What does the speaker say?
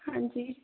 ਹਾਂਜੀ